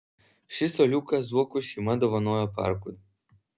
ši suoliuką zuokų šeima dovanojo parkui